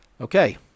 Okay